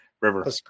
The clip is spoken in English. River